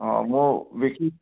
অঁ মোৰ বিকি